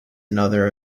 another